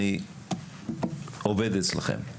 אני עובד אצלכם.